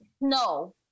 no